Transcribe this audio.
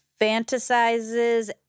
fantasizes